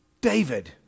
David